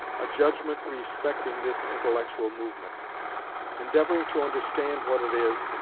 a judgment respecting this intellectual movement endeavouring to understand what it is,